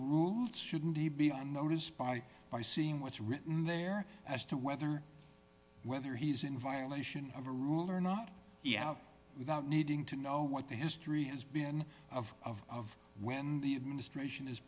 rules shouldn't he be on notice by by seeing what's written there as to whether whether he's in violation of a rule or not he out without needing to know what the history has been of of of when the administration is